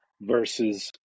versus